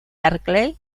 berkeley